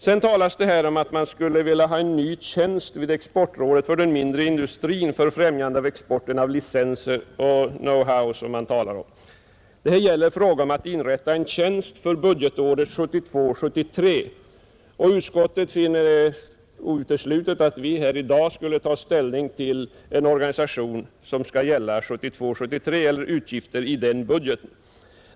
Vidare vill man ha en ny tjänst vid exportrådet för den mindre industrin för främjande av försäljningen av licenser och teknisk know how. Det är fråga om att inrätta en tjänst för budgetåret 1972/73. Utskottet finner det uteslutet att vi här i dag skulle ta ställning till utgifter i den budgeten.